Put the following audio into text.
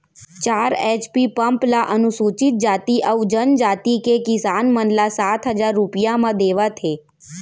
चार HP pump ल अनुसूचित जाति अउ जनजाति के किसान मन ल सात हजार रूपिया म देवत हे